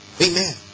Amen